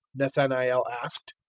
nathanael asked.